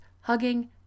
hugging